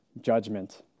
judgment